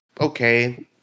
okay